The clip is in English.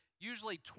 usually